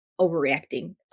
overreacting